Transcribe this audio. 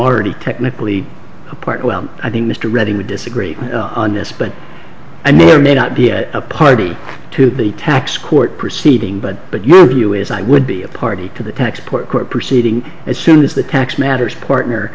already technically a part well i think mr reddy would disagree on this but i may or may not be a party to the tax court proceeding but but your view is i would be a party to the tech support court proceeding as soon as the tax matters partner